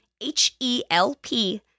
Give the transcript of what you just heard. H-E-L-P